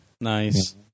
Nice